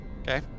Okay